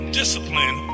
discipline